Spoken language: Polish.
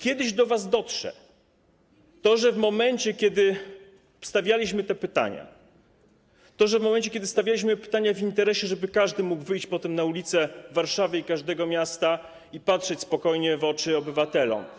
Kiedyś do was dotrze to, że w momencie kiedy stawialiśmy te pytania, to stawialiśmy pytania w interesie, żeby każdy mógł wyjść potem na ulice Warszawy i każdego miasta i patrzeć spokojnie w oczy obywatelom.